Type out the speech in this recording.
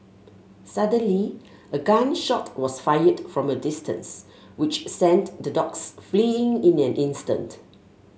suddenly a gun shot was fired from a distance which sent the dogs fleeing in an instant